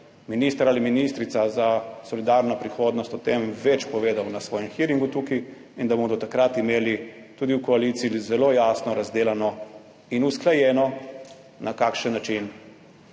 minister ali ministrica za solidarno prihodnost o tem več povedal na svojem hearingu tukaj in da bomo do takrat imeli tudi v koaliciji zelo jasno razdelano in usklajeno, na kakšen način